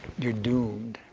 you're doomed.